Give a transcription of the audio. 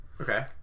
Okay